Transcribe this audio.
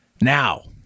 Now